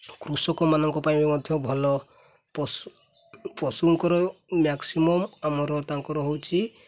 କୃଷକମାନଙ୍କ ପାଇଁ ବି ମଧ୍ୟ ଭଲ ପଶୁ ପଶୁଙ୍କର ମ୍ୟାକ୍ସିମମ୍ ଆମର ତାଙ୍କର ହେଉଛି